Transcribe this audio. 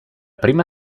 prima